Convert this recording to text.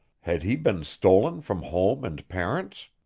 had he been stolen from home and parents?